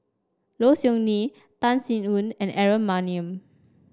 Low Siew Nghee Tan Sin Aun and Aaron Maniam